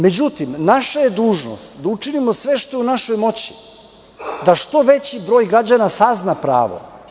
Međutim, naša je dužnost da učinimo sve što je u našoj moći da što veći broj građana sazna pravo.